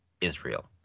Israel